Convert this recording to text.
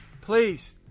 please